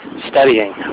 Studying